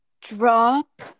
drop